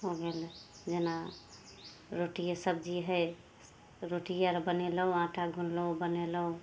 हो गेल जेना रोटिए सब्जी हइ रोटिए आर बनेलहुँ आटा गुनलहुँ बनेलहुँ